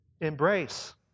embrace